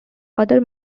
other